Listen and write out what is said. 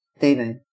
David